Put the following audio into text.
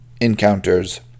encounters